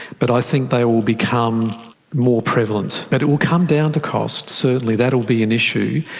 but i think they will become more prevalent. but it will come down to cost, certainly, that will be an issue,